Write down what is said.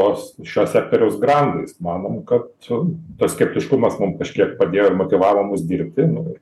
tos šio sektoriaus grandais manom kad tas skeptiškumas mum kažkiek padėjo ir motyvavo mus dirbti